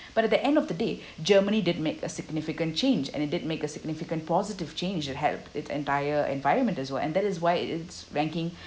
but at the end of the day germany did make a significant change and it did make a significant positive change that help its entire environment as well and that is why its' ranking